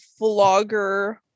vlogger